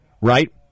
right